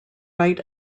right